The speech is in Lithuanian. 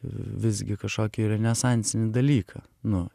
visgi kažkokį renesansinį dalyką nu